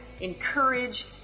encourage